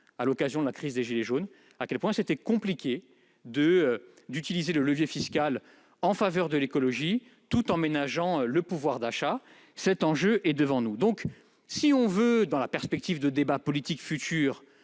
à l'occasion de la crise des « gilets jaunes » à quel point il était compliqué d'utiliser le levier fiscal en faveur de l'écologie tout en ménageant le pouvoir d'achat. Cet enjeu est devant nous. Par conséquent, si nous voulons, dans la perspective d'échéances politiques futures,